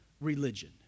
religion